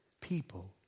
people